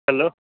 hello